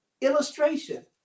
illustration